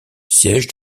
siège